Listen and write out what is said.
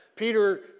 Peter